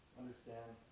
understand